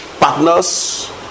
partners